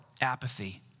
apathy